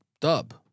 Dub